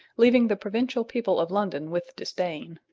leaving the provincial people of london with disdain.